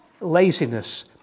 laziness